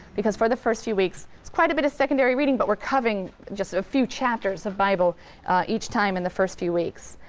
because for the first few weeks it's quite a bit of secondary reading but we're covering just a few chapters of bible each time in the first few weeks.